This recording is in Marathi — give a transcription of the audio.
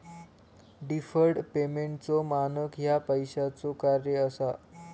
डिफर्ड पेमेंटचो मानक ह्या पैशाचो कार्य असा